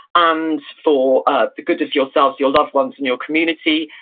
and for ah the good of yourselves, your loved ones, and your community,